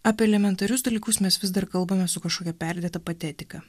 apie elementarius dalykus mes vis dar kalbame su kažkokia perdėta patetika